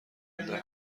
بنده